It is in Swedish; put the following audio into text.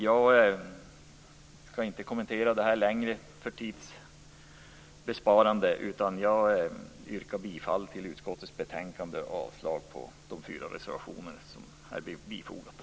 Jag skall för tids besparande inte kommentera detta ytterligare, utan jag yrkar bifall till utskottets hemställan och avslag på de fyra reservationer som är fogade till betänkandet.